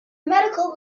medical